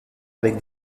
avec